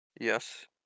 Yes